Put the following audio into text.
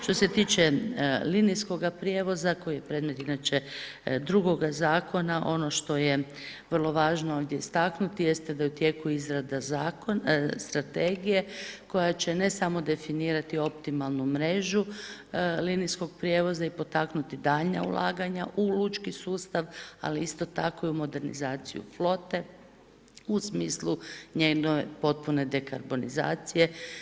Što se tiče linijskoga prijevoza koji je predmet inače drugog zakona, ono što je vrlo važno ovdje istaknuti jeste da je u tijeku izrada strategije koja će ne samo definirati optimalnu mrežu linijskog prijevoza i potaknuti daljnja ulaganja u lučki sustav, ali isto tako i modernizaciju flote u smislu njene potpune dekarbonizacije.